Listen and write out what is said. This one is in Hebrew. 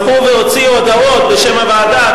הלכו והוציאו הודעות בשם הוועדה,